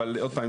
אבל עוד פעם,